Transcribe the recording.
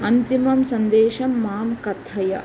अन्तिमं सन्देशं मां कथय